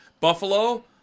Buffalo